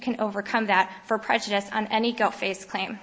can overcome that for prejudice and he go face claim